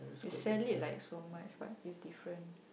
they sell it like so much but it's different